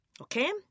okay